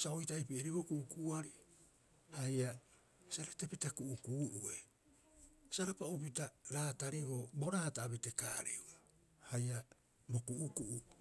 sa o oita'i pi'eriboo ku'uku'uari haia sa retepita ku'uku'u'ue, sa rapa'upita raatariboo. Boraata a betekaareu haia bo ku'uku'u.